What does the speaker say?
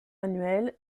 annuelle